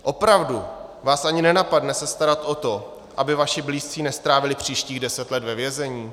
Opravdu vás ani nenapadne se starat o to, aby vaši blízcí nestrávili příštích deset let ve vězení?